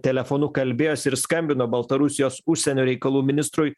telefonu kalbėjosi ir skambino baltarusijos užsienio reikalų ministrui